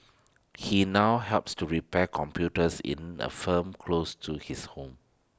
he now helps to repair computers in A firm close to his home